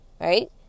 right